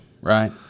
Right